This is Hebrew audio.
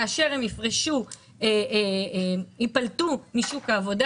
כאשר הן ייפלטו משוק העבודה